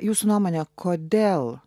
jūsų nuomone kodėl